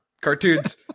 Cartoons